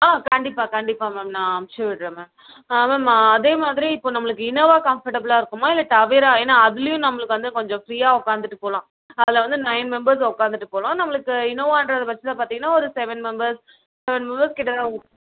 ஆ கண்டிப்பாக கண்டிப்பாக மேம் நான் அமுச்சிவிட்றேன் மேம் ஆ மேம் அதேமாதிரி இப்போ நம்மளுக்கு இனோவா கம்ஃபர்டபுளாக இருக்குமா இல்லை டவேரா ஏன்னா அதுலையும் நம்மளுக்கு வந்து கொஞ்சம் ஃப்ரீயாக உட்காந்துட்டு போகலாம் அதில் வந்து நைன் மெம்பர்ஸ் உட்காந்துட்டு போகலாம் நம்மளுக்கு இனோவான்ற பட்சத்தில் பார்த்தீங்கன்னா ஒரு செவன் மெம்பர்ஸ் செவன் மெம்பர்ஸ் கிட்ட தான்